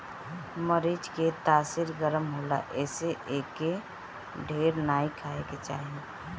मरीच के तासीर गरम होला एसे एके ढेर नाइ खाए के चाही